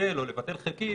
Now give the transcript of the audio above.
לבטל או לבטל חלקית